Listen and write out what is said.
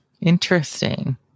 Interesting